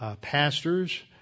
pastors